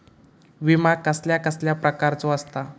विमा कसल्या कसल्या प्रकारचो असता?